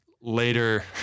later